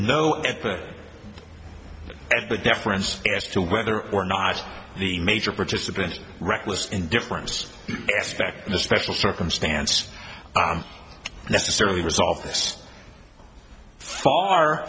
no at the at the difference as to whether or not the major participants reckless indifference expecting the special circumstance necessarily resolve this far